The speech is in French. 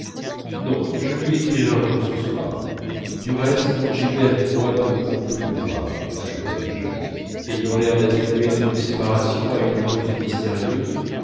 non je lui écrirai un mot ce soir du reste gilberte et moi nous ne pouvons plus nous voir ajoutais je ayant l'air d'attribuer notre séparation à une cause mystérieuse